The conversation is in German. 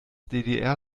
ddr